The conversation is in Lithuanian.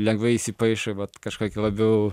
lengvai įsipaišo vat kažkokį labiau